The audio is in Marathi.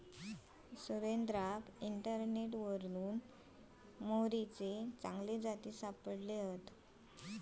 सुरेंद्राक इंटरनेटवरना मोहरीचे चांगले जाती सापडले